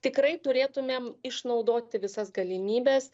tikrai turėtumėm išnaudoti visas galimybes